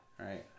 Right